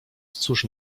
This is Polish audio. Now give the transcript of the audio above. cóż